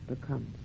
becomes